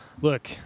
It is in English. look